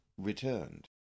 returned